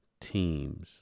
teams